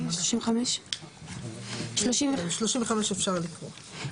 כן, 35 אפשר לקרוא.